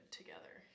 together